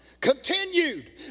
continued